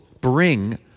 bring